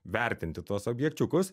vertinti tuos objekčiukus